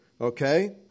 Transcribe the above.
okay